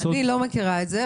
אני לא מכירה את זה,